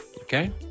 Okay